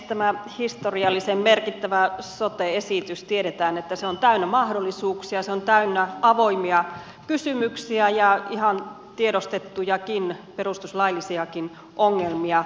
tästä historiallisen merkittävästä sote esityksestä tiedetään että se on täynnä mahdollisuuksia se on täynnä avoimia kysymyksiä ja ihan tiedostettujakin perustuslaillisiakin ongelmia